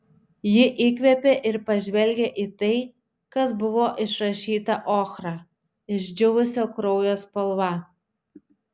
ji įkvėpė ir pažvelgė į tai kas buvo išrašyta ochra išdžiūvusio kraujo spalva